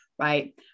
Right